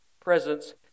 presence